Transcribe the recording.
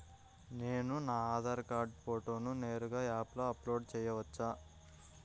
నేను నా ఆధార్ కార్డ్ ఫోటోను నేరుగా యాప్లో అప్లోడ్ చేయవచ్చా?